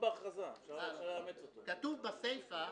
כתוב בסיפה: